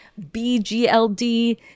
BGLD